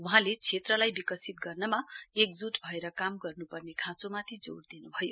वहाँले क्षेत्रलाई विकसित गर्नमा एकजूट भएर काम गर्नुपर्ने खाँचोमाथि जोड़ दिनुभयो